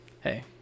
Hey